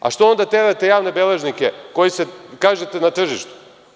Zašto onda terate javne beležnike, koji su, kažete na tržištu?